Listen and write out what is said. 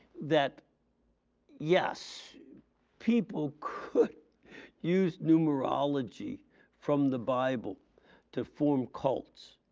that yes people could use numerology from the bible to form cults.